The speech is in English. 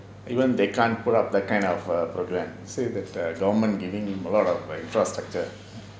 even they can't put up that kind of err programme say that err government giving a lot of infrastructure